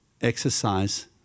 exercise